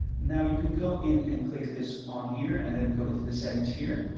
now you can go in and click this on here, and then go into the settings here,